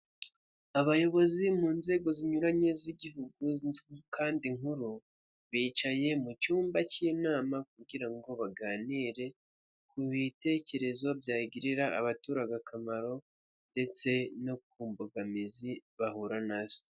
Abayobozi mu nzego zinyuranye z'Igihugu kandi nkuru, bicaye mu cyumba cy'inama kugira ngo baganire ku bitekerezo byagirira abaturage akamaro ndetse no ku mbogamizi bahura na zo.